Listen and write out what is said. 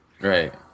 Right